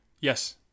Yes